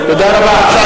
תודה רבה.